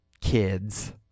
kids